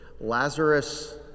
Lazarus